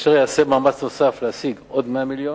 כאשר ייעשה מאמץ נוסף להשיג עוד 100 מיליון.